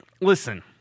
Listen